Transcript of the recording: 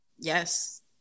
Yes